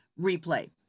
replay